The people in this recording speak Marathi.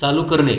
चालू करणे